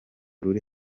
ruri